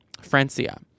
Francia